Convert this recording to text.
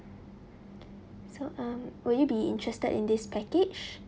so um will you be interested in this package